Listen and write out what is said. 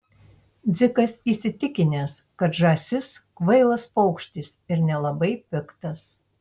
dzikas įsitikinęs kad žąsis kvailas paukštis ir nelabai piktas